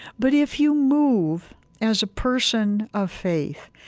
but if you move as a person of faith,